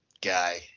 guy